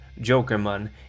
Jokerman